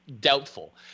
Doubtful